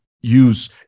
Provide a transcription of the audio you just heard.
use